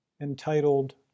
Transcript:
entitled